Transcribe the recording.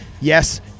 yes